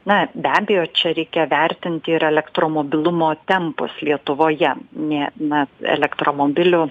na be abejo čia reikia vertinti ir elektro mobilumo tempus lietuvoje ne na elektromobilių